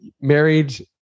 married